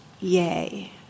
yay